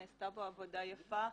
נעשתה פה עבודה יפה,